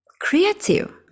creative